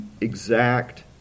exact